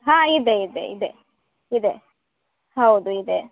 ಹಾಂ ಇದೆ ಇದೆ ಇದೆ ಇದೆ ಹೌದು ಇದೆ